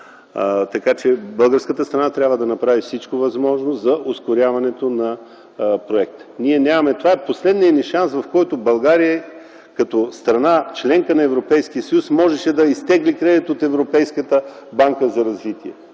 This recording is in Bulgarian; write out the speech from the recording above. Така че българската страна трябва да направи всичко възможно за ускоряването на проекта. Това е последният ни шанс, в който България като страна – членка на Европейския съюз, можеше да изтегли кредит от Европейската банка за развитие.